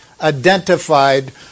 identified